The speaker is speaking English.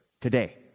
today